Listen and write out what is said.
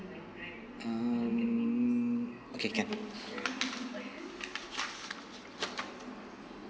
um okay can